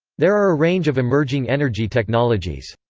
there are a range of emerging energy technologies.